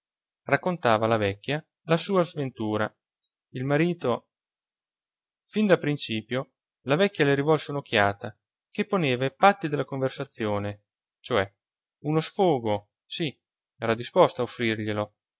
raccontava alla vecchia la sua sventura il marito fin da principio la vecchia le rivolse un'occhiata che poneva i patti della conversazione cioè uno sfogo sì era disposta